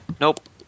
Nope